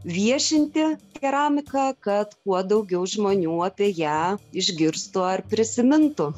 viešinti keramiką kad kuo daugiau žmonių apie ją išgirstų ar prisimintų